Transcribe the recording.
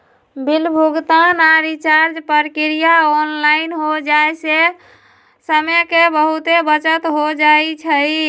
bill भुगतान आऽ recharge प्रक्रिया ऑनलाइन हो जाय से समय के बहुते बचत हो जाइ छइ